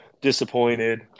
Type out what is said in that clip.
disappointed